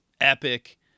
Epic